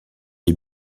des